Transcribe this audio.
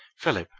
philip,